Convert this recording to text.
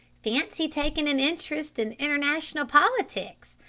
fancy taking an interest in international politics.